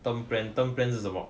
term plan term plan 是什么